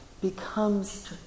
becomes